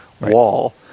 wall